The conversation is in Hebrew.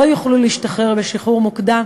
לא יוכלו להשתחרר שחרור מוקדם